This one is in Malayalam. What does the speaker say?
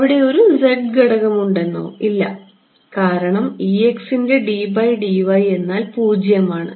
അവിടെ ഒരു z ഘടകം ഉണ്ടെന്നോ ഇല്ല കാരണം ൻറെ എന്നാൽ 0 ആണ്